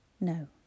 No